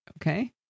Okay